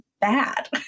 bad